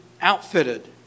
outfitted